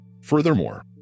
Furthermore